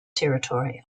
territory